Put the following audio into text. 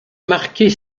marquer